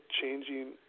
changing